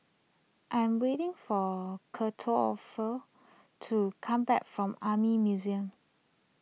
I am waiting for kettle offer to come back from Army Museum